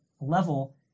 level